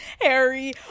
Harry